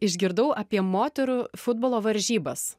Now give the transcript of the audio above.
išgirdau apie moterų futbolo varžybas